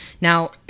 Now